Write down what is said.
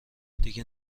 دیگه